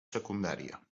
secundària